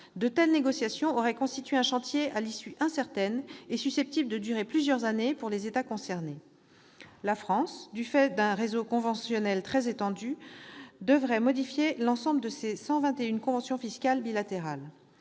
De telles négociations auraient constitué un chantier à l'issue incertaine et susceptible de durer plusieurs années pour les États concernés. La France, du fait d'un réseau conventionnel très étendu, devait modifier l'ensemble de ses 121 conventions fiscales bilatérales.